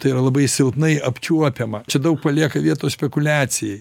tai yra labai silpnai apčiuopiama čia daug palieka vietos spekuliacijai